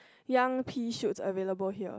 young Pea shoots available here